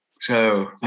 So-